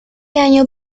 año